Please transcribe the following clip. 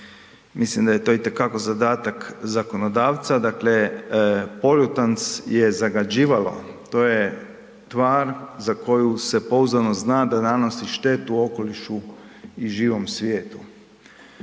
Mislim da je to itekako zadatak zakonodavca, dakle poljutans je zagađivalo, to je tvar za koju se pouzdano zna da nanosi štetu okolišu i živom svijetu.